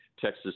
Texas